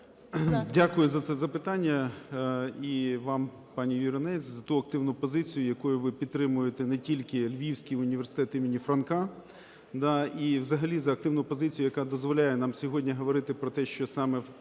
Дякую за це запитання і вам, пані Юринець, за ту активну позицію, якою ви підтримуєте не тільки Львівський університет імені Франка, і взагалі за активну позицію, яка дозволяє нам сьогодні говорити про те, що саме